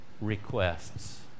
requests